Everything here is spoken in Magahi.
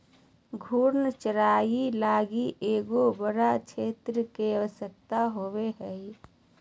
घूर्णन चराई लगी एगो बड़ा क्षेत्र के आवश्यकता होवो हइ